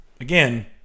again